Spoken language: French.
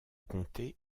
comté